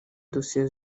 dosiye